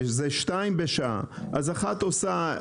ויש שתיים בשעה אז אחת עושה,